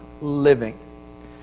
Living